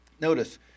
Notice